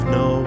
no